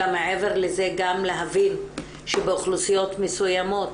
אלא מעבר לזה גם להבין שבאוכלוסיות מסוימות,